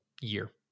year